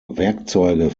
werkzeuge